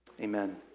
Amen